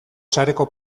sareko